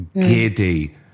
giddy